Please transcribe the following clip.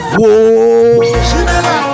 Whoa